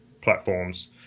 platforms